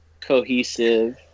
cohesive